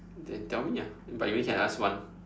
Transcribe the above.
then tell me ah but you only can ask one